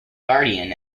guardian